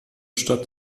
stadt